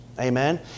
Amen